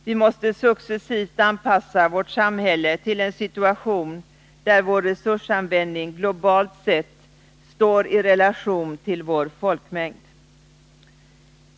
Vi måste successivt anpassa vårt samhälle till en situation där vår resursanvändning globalt sett står i relation till vår folkmängd.